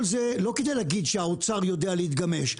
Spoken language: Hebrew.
כל זה לא כדי להגיד שהאוצר יודע להתגמש,